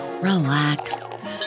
relax